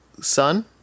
son